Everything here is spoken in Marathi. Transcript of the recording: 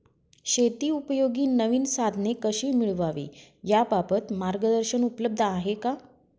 शेतीउपयोगी नवीन साधने कशी मिळवावी याबाबत मार्गदर्शन उपलब्ध आहे का?